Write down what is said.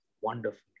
Wonderful